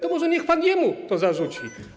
To może niech pan jemu to zarzuci.